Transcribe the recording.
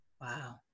wow